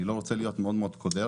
אני לא רוצה להיות מאוד קודר,